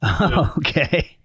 Okay